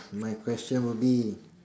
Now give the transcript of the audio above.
my question would be